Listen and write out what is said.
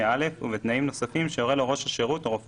(א) ובתנאים נוספים שיורה לו ראש השירות או רופא